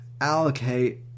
allocate